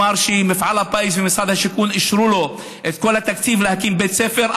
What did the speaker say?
הוא אמר שמפעל הפיס ומשרד השיכון אישרו לו את כל התקציב להקים בית ספר,